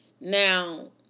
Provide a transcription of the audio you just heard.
now